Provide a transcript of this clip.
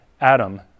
Adam